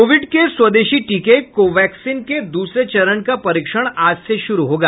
Covid के स्वदेशी टीके को वैक्सीन के दूसरे चरण का परीक्षण आज से शुरू होगा